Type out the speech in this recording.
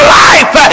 life